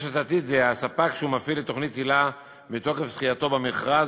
רשת "עתיד" היא הספק שמפעיל את תוכנית היל"ה מתוקף זכייתו במכרז,